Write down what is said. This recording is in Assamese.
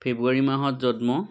ফেব্ৰুৱাৰী মাহত জন্ম